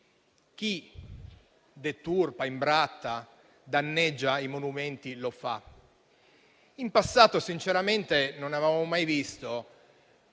chi deturpa, imbrattata e danneggia i monumenti lo fa. In passato, sinceramente, non avevamo mai visto